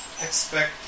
expect